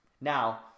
Now